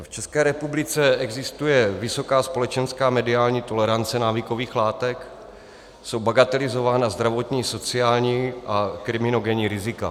V České republice existuje vysoká společenská a mediální tolerance návykových látek, jsou bagatelizována zdravotní, sociální a kriminogenní rizika.